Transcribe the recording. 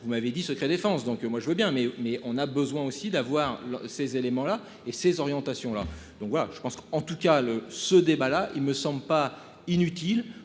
Vous m'avez dit, secret défense. Donc moi je veux bien mais mais on a besoin aussi d'avoir ces éléments-là et ses orientations là donc voilà je pense qu'en tout cas le ce débat là il me semble pas inutile